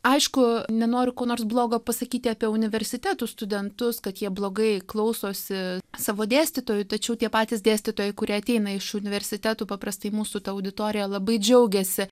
aišku nenoriu ko nors blogo pasakyti apie universitetų studentus kad jie blogai klausosi savo dėstytojų tačiau tie patys dėstytojai kurie ateina iš universitetų paprastai mūsų ta auditorija labai džiaugiasi